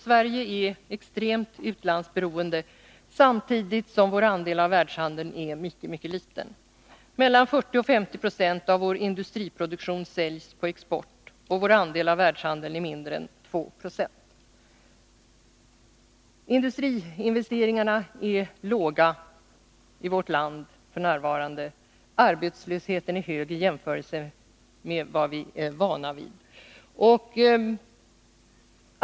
Sverige är extremt utlandsberoende, samtidigt som vår andel av världshandeln är mycket, mycket liten. Mellan 40 96 och 50 96 av vår industriproduktion säljs på export, och Sveriges andel av världshandeln är mindre än 2 20. Industriinvesteringarna är f. n. låga i vårt land, och arbetslösheten är hög i jämförelse med vad vi är vana vid.